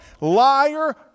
liar